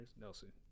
Nelson